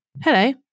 Hello